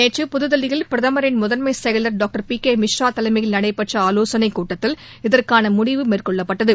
நேற்று புதுதில்லியில் பிரதமரின் முதன்மைச் செயலர் டாக்டர் பிகேமிஸ்ரா தலைமையில் நடைபெற்றஆலோசனைக் கூட்டத்தில் இதற்கானமுடிவு மேற்கொள்ளப்பட்டது